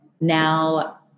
now